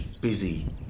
busy